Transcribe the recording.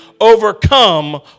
overcome